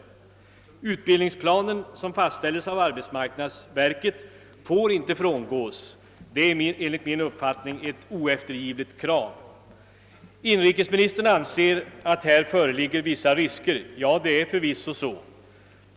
Den utbildningsplan som fastställs av arbetsmarknadsverket får inte frångås — det är enligt min uppfattning ett oeftergivligt krav. Inrikesministern anser att det härvidlag föreligger vissa risker. Ja, det är förvisso så.